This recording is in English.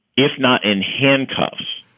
if not in handcuffs,